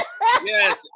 Yes